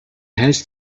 has